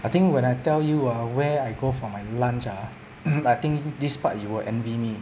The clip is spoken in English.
I think when I tell you ah where I go for my lunch ah I think this part you will envy me